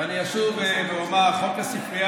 ואני אשוב ואומר: חוק הספרייה